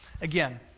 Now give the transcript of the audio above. Again